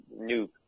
noob